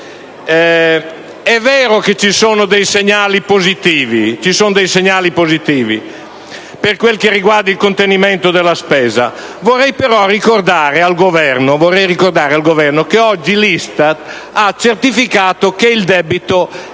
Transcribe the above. È vero che ci sono dei segnali positivi per quello che riguarda il contenimento della spesa. Vorrei però ricordare al Governo che oggi l'ISTAT ha certificato che il debito è